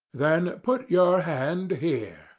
then put your hand here,